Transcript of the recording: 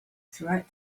throughout